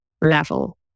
level